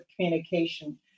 communication